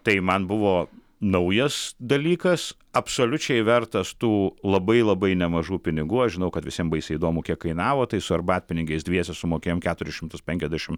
tai man buvo naujas dalykas absoliučiai vertas tų labai labai nemažų pinigų aš žinau kad visiems baisiai įdomu kiek kainavo tai su arbatpinigiais dviese sumokėjome keturis šimtus penkiasdešimt